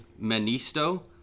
Manisto